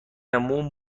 موم